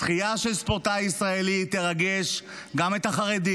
זכייה של ספורטאי ישראלי תרגש גם את החרדי